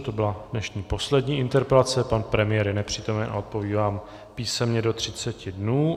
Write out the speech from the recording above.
To byla dnešní poslední interpelace, pan premiér je nepřítomen a odpoví vám písemně do 30 dnů.